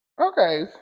okay